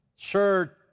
sure